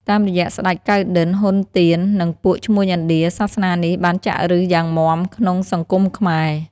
តាមរយៈស្ដេច កៅណ្ឌិន្យ (ហ៊ុន ទៀន) និងពួកឈ្មួញឥណ្ឌា សាសនានេះបានចាក់ឫសយ៉ាងមាំក្នុងសង្គមខ្មែរ។។